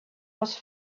was